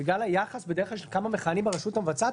בגלל היחס בדרך כלל של כמה מכהנים ברשות המבצעת,